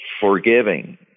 forgiving